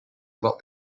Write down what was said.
about